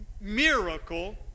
miracle